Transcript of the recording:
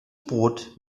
brot